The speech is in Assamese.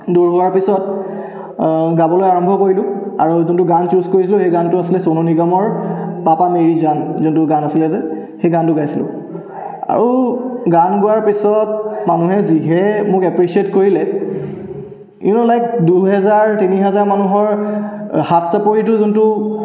দূৰ হোৱাৰ পিছত গাবলৈ আৰম্ভ কৰিলোঁ আৰু যোনটো গান চুজ কৰিছিলোঁ সেই গানটো আছিলে চনু নিগমৰ পাপা মেৰি জান যোনটো গান আছিলে যে সেই গানটো গাইছিলোঁ আৰু গান গোৱাৰ পিছত মানুহে যিহে মোক এপ্ৰিচিয়েট কৰিলে ইউ ন' লাইক দুহেজাৰ তিনিহাজাৰ মানুহৰ হাত চাপৰিটো যোনটো